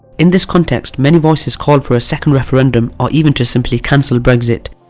in this context, many voices call for a second referendum or even to simply cancel brexit,